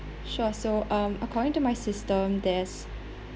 sure so um according to my system there's